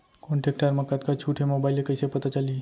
कोन टेकटर म कतका छूट हे, मोबाईल ले कइसे पता चलही?